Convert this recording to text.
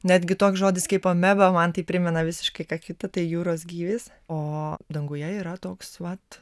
netgi toks žodis kaip ameba man tai primena visiškai ką kita tai jūros gyvis o danguje yra toks vat